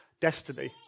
destiny